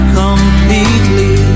completely